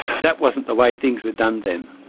that wasn't the way things were done then.